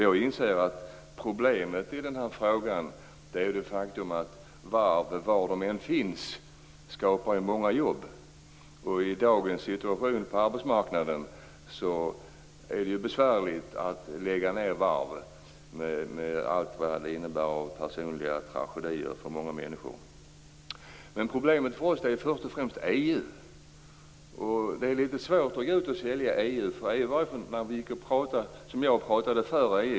Jag inser att problemet är det faktum att varv, var de än finns, skapar många jobb. I den situation som i dag råder på arbetsmarknaden är det besvärligt att lägga ned varv med allt vad det innebär av personliga tragedier för många människor. Problemet för oss är först och främst EU. Det är svårt att nu gå ut och sälja EU.